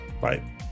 bye